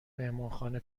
مهمانخانه